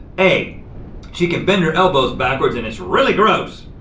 a she can bend her elbows backwards and it's really gross.